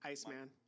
Iceman